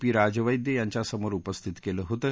P राजवैद्य यांच्यासमोर उपस्थित केलं होतं